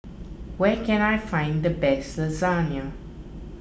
where can I find the best Lasagna